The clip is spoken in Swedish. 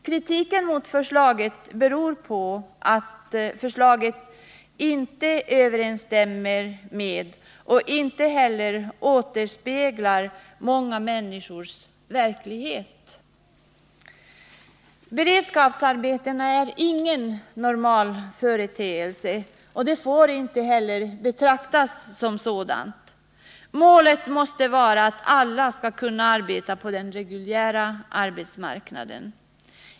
Kritiken mot regeringsförslaget beror på att det inte överensstämmer med eller återspeglar många människors verklighet. Beredskapsarbete är ingen normal företeelse och får inte heller betraktas som en sådan. Målet måste vara att alla skall kunna arbeta på den reguljära arbetsmarknaden.